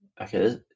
Okay